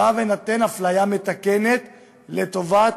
אפליה מתקנת לטובת